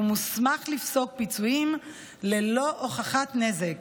והוא מוסמך לפסוק פיצויים ללא הוכחת נזק,